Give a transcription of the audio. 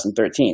2013